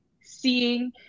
seeing